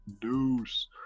Deuce